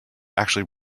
actually